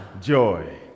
Joy